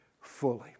fully